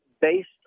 based